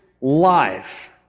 life